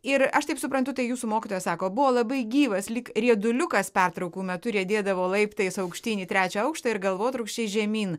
ir aš taip suprantu tai jūsų mokytoja sako buvo labai gyvas lyg rieduliukas pertraukų metu riedėdavo laiptais aukštyn į trečią aukštą ir galvotrūkčiais žemyn